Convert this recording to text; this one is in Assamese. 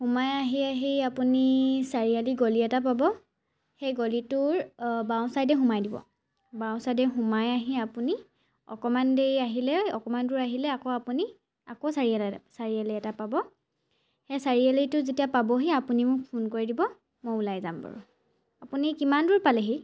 সোমাই আহি আহি আপুনি চাৰিআলি গলি এটা পাব সেই গলিটোৰ বাওঁ ছাইডে সোমাই দিব বাওঁ ছাইডে সোমাই আহি আপুনি অকণমান দেৰি আহিলে অকণমান দূৰ আহিলে আকৌ আপুনি আকৌ চাৰিআলি এটা চাৰিআলি এটা পাব সেই চাৰিআলিটো যেতিয়া পাবহি আপুনি মোক ফোন কৰি দিব মই ওলাই যাম বাৰু আপুনি কিমান দূৰ পালেহি